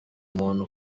umuntu